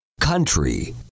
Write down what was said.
Country